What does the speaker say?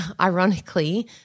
ironically